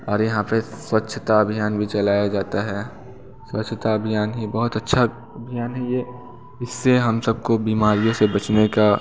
और यहाँ पे स्वच्छता अभियान भी चलाया जाता है यहाँ स्वच्छता अभियान ही बहुत अच्छा अभियान है ये इससे हम सबको बीमारियों से बचने का